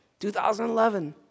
2011